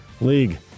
League